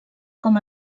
com